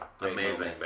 amazing